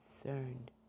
concerned